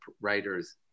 writer's